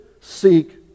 seek